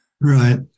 Right